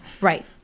Right